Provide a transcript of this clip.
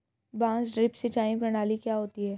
बांस ड्रिप सिंचाई प्रणाली क्या होती है?